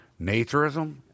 Naturism